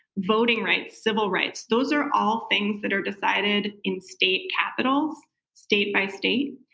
voting rights, civil rights. those are all things that are decided in state capitals state by state.